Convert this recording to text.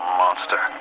monster